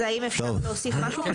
אז האם אפשר להוסיף משהו?